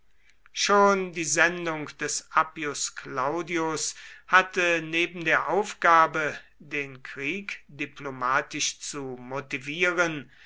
schon die sendung des appius claudius hatte neben der aufgabe den krieg diplomatisch zu motivieren